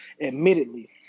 Admittedly